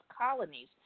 colonies